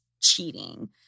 cheating